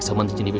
so wants to